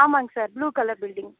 ஆமாங்க sir blue colour building